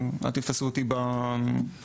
אל תתפסו אותי במספרים,